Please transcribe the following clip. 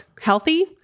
healthy